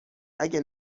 اگه